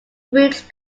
routes